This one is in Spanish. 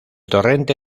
torrente